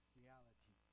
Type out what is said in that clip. reality